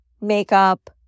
makeup